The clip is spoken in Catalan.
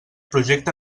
projecte